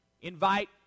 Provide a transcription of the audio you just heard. invite